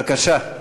בבקשה.